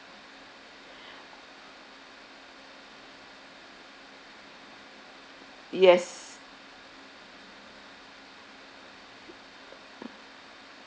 yes